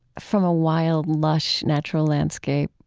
from a wild, lush, natural landscape,